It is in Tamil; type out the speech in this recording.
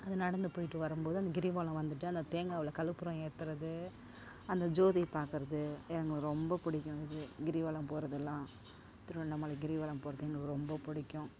அது நடந்து போய்ட்டு வரும்போது அந்த கிரிவலம் வந்துட்டு அந்த தேங்காவில் கற்புரம் ஏத்துகிறது அந்த ஜோதியை பார்க்குறது எனக்கு ரொம்ப பிடிக்கும் அது கிரிவலம் போகிறதெல்லாம் திருவண்ணாமலை கிரிவலம் போகிறது எனக்கு ரொம்ப பிடிக்கும்